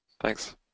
Thanks